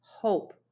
hope